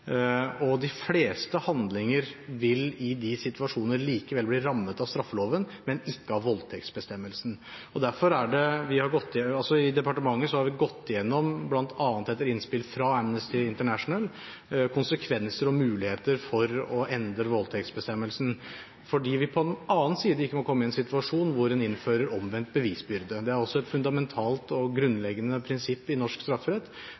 De fleste handlinger vil i slike situasjoner likevel bli rammet av straffeloven, men ikke av voldtekstbestemmelsen. I departementet har vi, bl.a. etter innspill fra Amnesty International, gått gjennom konsekvenser og muligheter for å endre voldtektsbestemmelsen – fordi vi på den annen side ikke må komme i en situasjon hvor vi innfører omvendt bevisbyrde. Det er også et fundamentalt og grunnleggende prinsipp i norsk strafferett.